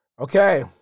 Okay